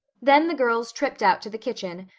then the girls tripped out to the kitchen,